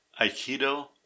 Aikido